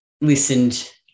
listened